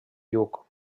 lluc